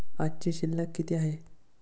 आजची शिल्लक किती आहे?